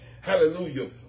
Hallelujah